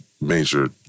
major